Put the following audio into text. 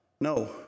No